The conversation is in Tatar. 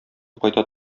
кайта